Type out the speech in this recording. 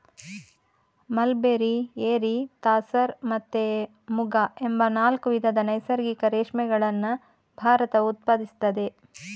mulberry, eri, tasar ಮತ್ತೆ ಮುಗ ಎಂಬ ನಾಲ್ಕು ವಿಧದ ನೈಸರ್ಗಿಕ ರೇಷ್ಮೆಗಳನ್ನ ಭಾರತವು ಉತ್ಪಾದಿಸ್ತದೆ